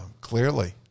clearly